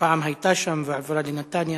שפעם היתה שם ועברה לנתניה,